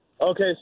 Okay